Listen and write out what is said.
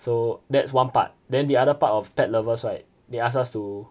so that's one part then the other part of Pet Lovers right they ask us to